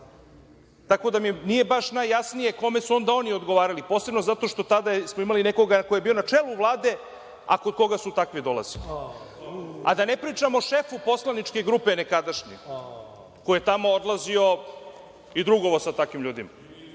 da mi nije baš najjasnije kome su onda oni odgovarali, posebno zato što tada smo imali nekoga ko je bio na čelu Vlade, a kod koga su takvi dolazili, a da ne pričamo o šefu poslaničke grupe, nekadašnje, koji je tamo odlazio i drugovao sa takvim ljudima. Prema